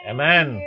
Amen